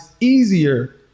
easier